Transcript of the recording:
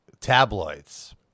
tabloids